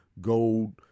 gold